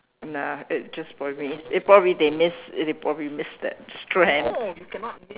nah it's just probably it it probably they miss they probably miss that strand